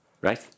Right